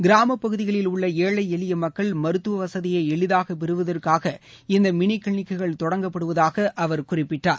கிராமப்பகுதிகளில் உள்ள ஏழை எளிய மக்கள் மருத்துவ வசதியை எளிதகா பெறுவதாக இந்த மினி கிளினிக்குகள் தொடங்கப்படுவதாக அவர் குறிப்பிட்டார்